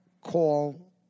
call